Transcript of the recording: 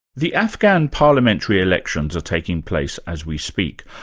the afghan parliamentary elections are taking place as we speak,